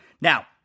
Now